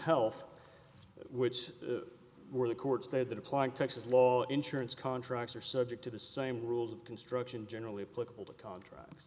health which were the court stated that applying texas law insurance contracts are subject to the same rules of construction generally political to contracts